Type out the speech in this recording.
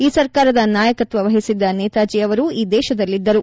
ಈ ಸರ್ಕಾರದ ನಾಯಕತ್ವ ವಹಿಸಿದ್ದ ನೇತಾಜಿ ಅವರು ಈ ದೇಶದಲ್ಲಿದ್ದರು